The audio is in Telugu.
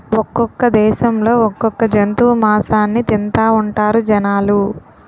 ఒక్కొక్క దేశంలో ఒక్కొక్క జంతువు మాసాన్ని తింతాఉంటారు జనాలు